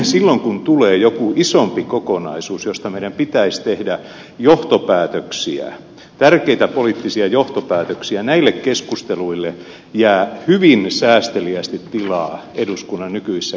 silloin kun tulee joku isompi kokonaisuus josta meidän pitäisi tehdä johtopäätöksiä tärkeitä poliittisia johtopäätöksiä näille keskusteluille jää hyvin säästeliäästi tilaa eduskunnan nykyisissä käytännöissä